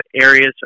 areas